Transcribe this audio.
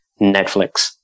netflix